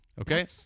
okay